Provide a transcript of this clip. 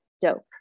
dope